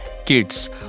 kids